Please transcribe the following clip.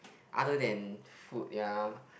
other than food ya